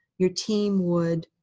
your team would